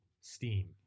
Steam